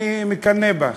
אני מקנא בך.